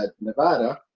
Nevada